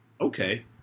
okay